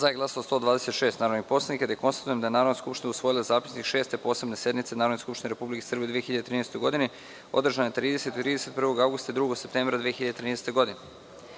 prisutna 172 narodna poslanika. Konstatujem da je Narodna skupština usvojila Zapisnik Šeste posebne sednice Narodne skupštine Republike Srbije u 2013. godini, održane 30. i 31. avgusta i 2. septembra 2013. godine.U